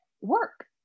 work